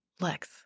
Lex